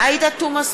עאידה תומא סלימאן,